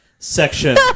section